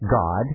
god